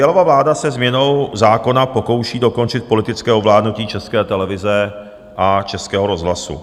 Fialova vláda se změnou zákona pokouší dokončit politické ovládnutí České televize a Českého rozhlasu.